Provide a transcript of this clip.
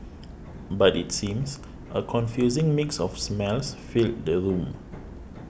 but it seems a confusing mix of smells filled the room